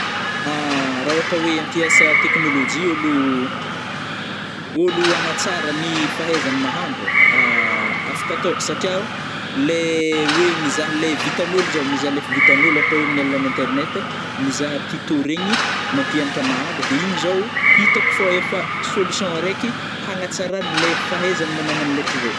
Ra ôhatra hoe ampiasa teknolojia ôlo-ôlo hagnatsara ny fahaizany mahandro, afaka atao satriao, le oe mizaha le vitanôlo zao - mizaha le ef vitanôlo ôhatra hoe aminy alalany internet mizaha tuto regny mampianatra mahandro de iny zao hitako fô efa solution araiky hagnatsarana le fahaizagna nagnanany letry zay.